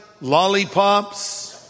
lollipops